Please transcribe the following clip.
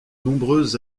nombreuses